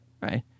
right